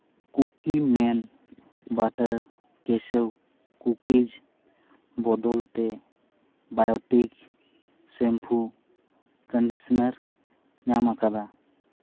Cookieman ᱵᱟᱴᱟᱨ ᱠᱮᱥᱩ ᱠᱩᱠᱤᱡᱽ ᱵᱚᱫᱚᱞ ᱛᱮ ᱵᱟᱭᱳᱴᱤᱠ ᱥᱮᱢᱯᱷᱩ ᱠᱚᱱᱰᱤᱥᱚᱱᱟᱨ ᱧᱟᱢ ᱟᱠᱟᱫᱟ